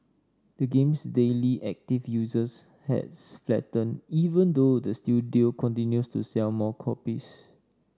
the game's daily active users has flattened even though the studio continues to sell more copies